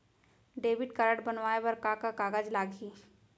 Debit card बनवाये बर का का कागज लागही?